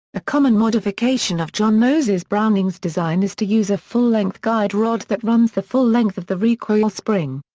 a common modification of john moses browning's design is to use a full-length guide rod that runs the full length of the recoil spring.